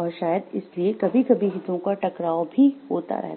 और शायद इसीलिए कभी कभी हितों का टकराव भी होता रहता है